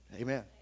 Amen